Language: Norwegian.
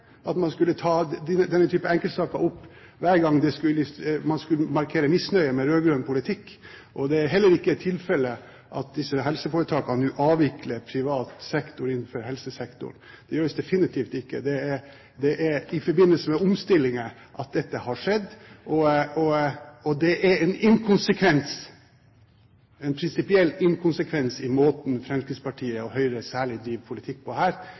er heller ikke tilfellet at disse helseforetakene nå avvikler privat sektor innenfor helsesektoren. Det gjøres definitivt ikke. Det er i forbindelse med omstillinger dette har skjedd. Det er en inkonsekvens, en prinsipiell inkonsekvens, i måten Fremskrittspartiet og Høyre, særlig, driver politikk på her,